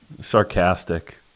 sarcastic